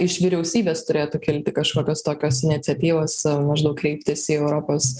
iš vyriausybės turėtų kilti kažkokios tokios iniciatyvos maždaug kreiptis į europos